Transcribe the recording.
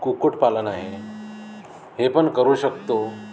कुक्कुटपालन आहे हे पण करू शकतो